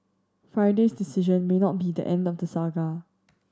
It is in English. Friday's decision may not be the end of the saga